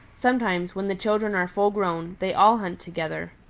sometimes, when the children are full-grown, they all hunt together.